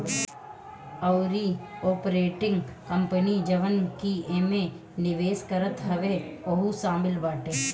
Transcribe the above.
अउरी operating company जवन की एमे निवेश करत हवे उहो शामिल बाटे